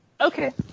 Okay